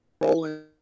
rolling